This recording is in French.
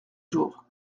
jours